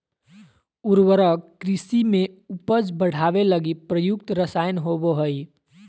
उर्वरक कृषि में उपज बढ़ावे लगी प्रयुक्त रसायन होबो हइ